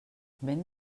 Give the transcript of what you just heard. vent